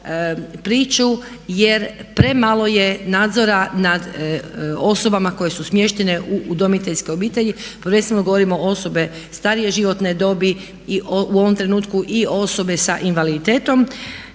priču jer premalo je nadzora nad osobama koje su smještene u udomiteljske obitelji, prvenstveno govorim osobe starije životne dobi i u ovom trenutku osobe sa invaliditetom